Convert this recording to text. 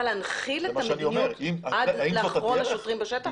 להנחיל את המדיניות עד לאחרון השוטרים בשטח?